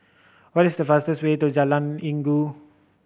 what is the fastest way to Jalan Inggu